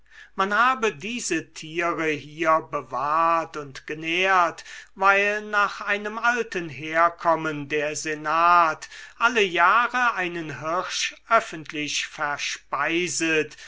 man habe diese tiere hier bewahrt und genährt weil nach einem alten herkommen der senat alle jahre einen hirsch öffentlich verspeiset